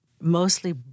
mostly